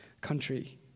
country